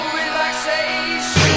relaxation